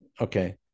Okay